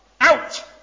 Out